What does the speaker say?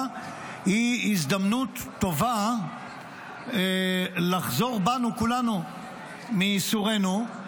היא הזדמנות טובה לחזור בנו כולנו מייסורינו.